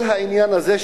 כל העניין הזה,